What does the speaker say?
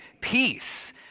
peace